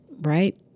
Right